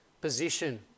position